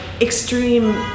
extreme